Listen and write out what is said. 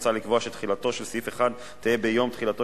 מוצע לקבוע שתחילתו של סעיף 1 תהא ביום תחילתו